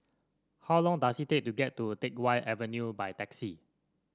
how long does it take to get to Teck Whye Avenue by taxi